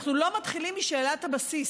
אנחנו לא מתחילים משאלת הבסיס,